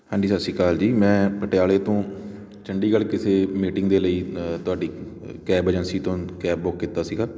ਹਾਂਜੀ ਸਤਿ ਸ਼੍ਰੀ ਅਕਾਲ ਜੀ ਮੈਂ ਪਟਿਆਲੇ ਤੋਂ ਚੰਡੀਗੜ੍ਹ ਕਿਸੇ ਮੀਟਿੰਗ ਦੇ ਲਈ ਤੁਹਾਡੀ ਕੈਬ ਏਜੰਸੀ ਤੋਂ ਕੈਬ ਬੁੱਕ ਕੀਤਾ ਸੀਗਾ